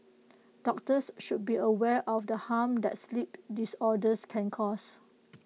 doctors should be aware of the harm that sleep disorders can cause